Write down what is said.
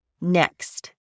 Next